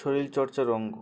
শরীরচর্চার অঙ্গ